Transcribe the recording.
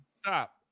Stop